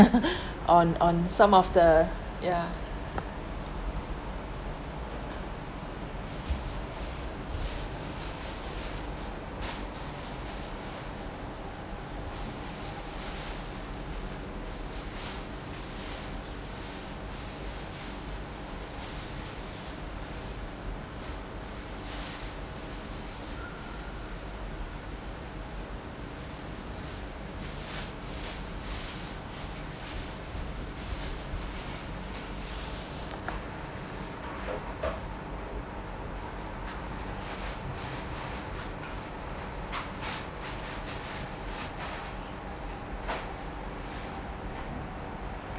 on on some of the ya